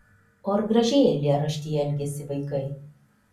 o ar gražiai eilėraštyje elgiasi vaikai